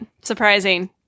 Surprising